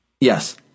Yes